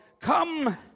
come